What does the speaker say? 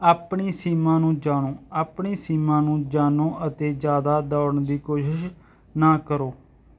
ਆਪਣੀ ਸੀਮਾ ਨੂੰ ਜਾਣੋ ਆਪਣੀ ਸੀਮਾ ਨੂੰ ਜਾਣੋ ਅਤੇ ਜ਼ਿਆਦਾ ਦੌੜਨ ਦੀ ਕੋਸ਼ਿਸ਼ ਨਾ ਕਰੋ